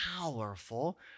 powerful